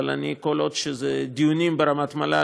אבל כל עוד אלו דיונים ברמת המל"ל,